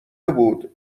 بود